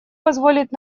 позволит